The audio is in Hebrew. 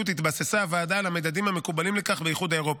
התבססה הוועדה על המדדים המקובלים לכך באיחוד האירופי.